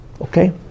okay